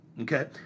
Okay